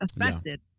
affected